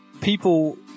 people